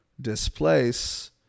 displace